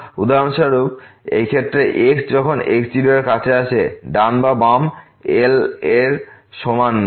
উদাহরণস্বরূপ এই ক্ষেত্রে x যখন x0এর কাছে আসে ডান বা বাম L এর সমান নয়